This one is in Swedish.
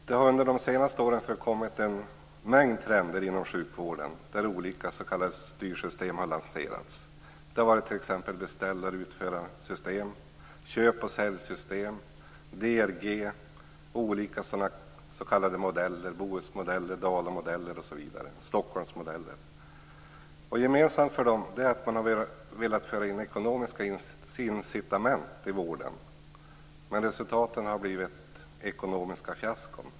Det har under de senaste åren förekommit en mängd trender inom sjukvården där olika s.k. styrsystem har lanserats. Det har varit beställar och utförarsystem, köp-sälj-system, DRG och olika modeller som Bohusmodellen, Dalamodellen och Stockholmsmodellen. Gemensamt för dem är att man har velat föra in ekonomiska incitament i vården, men resultaten har blivit ekonomiska fiaskon.